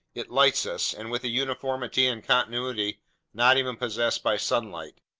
it lights us, and with a uniformity and continuity not even possessed by sunlight.